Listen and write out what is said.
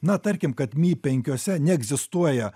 na tarkim kad mi penkiuose neegzistuoja